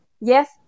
yes